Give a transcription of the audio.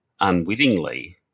unwittingly